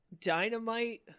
dynamite